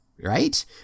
right